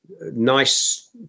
nice